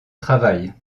travail